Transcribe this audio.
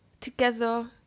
together